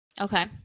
Okay